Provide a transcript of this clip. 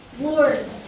Lord